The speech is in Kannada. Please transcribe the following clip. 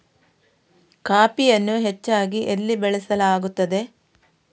ಕಾಫಿಯನ್ನು ಹೆಚ್ಚಾಗಿ ಎಲ್ಲಿ ಬೆಳಸಲಾಗುತ್ತದೆ?